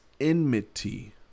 enmity